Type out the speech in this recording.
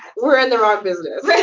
we're in the wrong business,